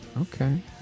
Okay